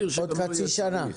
עוד חצי שנה,